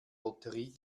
lotterie